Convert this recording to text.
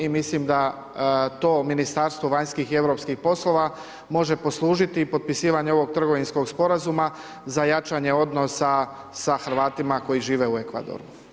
I mislim da to Ministarstvo vanjskih i europskih poslova može poslužiti i potpisivanje ovog trgovinskog sporazuma za jačanje odnosa sa Hrvatima koji žive u Ekvadoru.